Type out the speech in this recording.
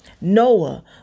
Noah